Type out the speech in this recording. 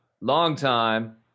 longtime